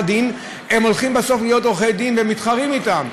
דין הולכים בסוף להיות עורכי דין ומתחרים בהם.